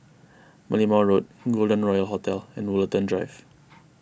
Merlimau Road Golden Royal Hotel and Woollerton Drive